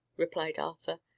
replied arthur.